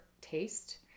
taste